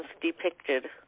Depicted